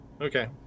Okay